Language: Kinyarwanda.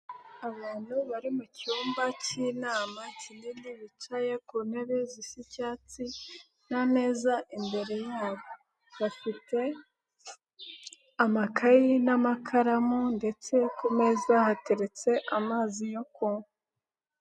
Abantu bari mu cyumba k'inama kinini bicaye ku ntebe zisa icyatsi n'ameza imbere yabo, bafite amakaye n'amakaramu ndetse ku meza hateretse amazi yo kuywa.